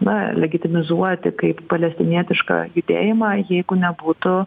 na legitimizuoti kaip palestinietišką judėjimą jeigu nebūtų